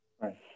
right